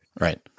right